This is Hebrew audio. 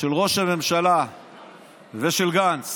של ראש הממשלה ושל גנץ